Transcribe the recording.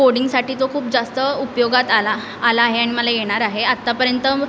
कोडिंगसाठी तो खूप जास्त उपयोगात आला आला आहे आणि मला येणार आहे आतापर्यंत